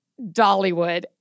Dollywood